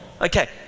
Okay